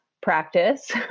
practice